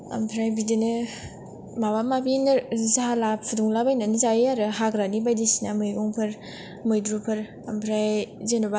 आमफ्राय बिदिनो माबा माबि झाला फुदुंलाबायनानै जायो आरो हाग्रानि बायदि सिना मैगंफोर मैद्रुफोर आमफ्राय जेनबा